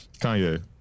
Kanye